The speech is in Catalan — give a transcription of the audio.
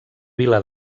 vila